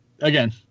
again